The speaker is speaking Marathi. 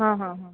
हां हां हां